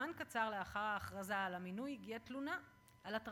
זמן קצר לאחר ההכרזה על המינוי הגיעה תלונה לוועדת